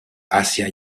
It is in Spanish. hacía